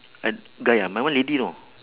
uh guy ah my one lady know